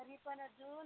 तरी पण अजून